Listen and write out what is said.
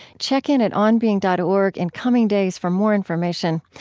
check in at onbeing dot org in coming days for more information.